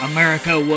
America